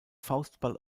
faustball